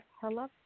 Hello